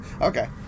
Okay